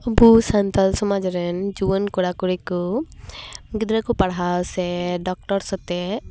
ᱟᱵᱳ ᱥᱟᱱᱛᱟᱞ ᱥᱚᱢᱟᱡᱽ ᱨᱮᱱ ᱡᱩᱣᱟᱹᱱ ᱠᱚᱲᱟ ᱠᱩᱲᱤ ᱠᱚ ᱜᱤᱫᱽᱨᱟᱹ ᱠᱚ ᱯᱟᱲᱦᱟᱣ ᱥᱮ ᱰᱚᱠᱴᱚᱨ ᱥᱟᱛᱮ